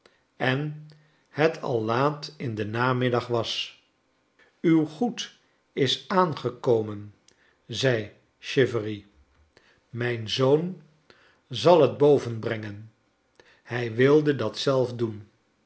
en het al laat in den namiddag was uw goed is aangekomen zei chivery mijn zoon zal het boven brengen hij wilde dat zelf doen